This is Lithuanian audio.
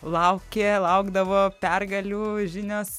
laukė laukdavo pergalių žinios